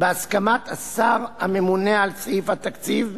בהסכמת השר הממונה על סעיף התקציב,